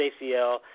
ACL